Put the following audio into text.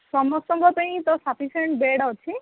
ସମସ୍ତଙ୍କ ପାଇଁ ତ ଶପିଂସିଏଣ୍ଟ୍ ବେଡ଼୍ ଅଛି